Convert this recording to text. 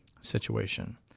situation